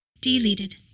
Deleted